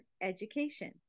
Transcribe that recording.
education